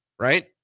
right